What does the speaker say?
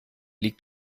liegt